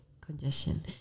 congestion